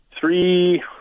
three